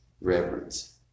reverence